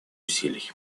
усилий